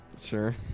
Sure